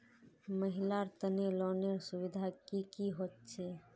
महिलार तने लोनेर सुविधा की की होचे?